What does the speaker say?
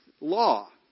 law